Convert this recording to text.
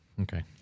Okay